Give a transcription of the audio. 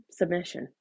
submission